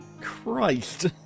Christ